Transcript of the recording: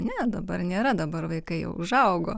ne dabar nėra dabar vaikai užaugo